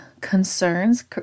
concerns